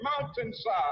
mountainside